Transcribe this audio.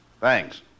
Thanks